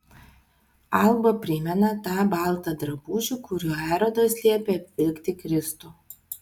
alba primena tą baltą drabužį kuriuo erodas liepė apvilkti kristų